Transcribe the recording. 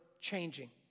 changing